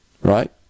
right